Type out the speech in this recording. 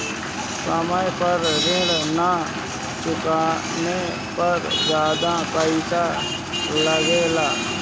समय पर ऋण ना चुकाने पर ज्यादा पईसा लगेला?